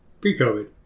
pre-COVID